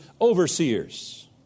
overseers